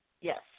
Yes